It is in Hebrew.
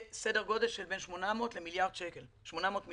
גודל שלבין 800 מיליון למיליארד שקל נוספים.